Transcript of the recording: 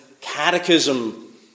catechism